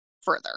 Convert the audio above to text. further